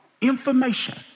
information